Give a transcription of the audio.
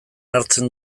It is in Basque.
hartzen